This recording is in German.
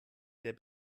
der